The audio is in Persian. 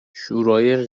شورای